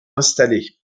installée